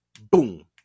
boom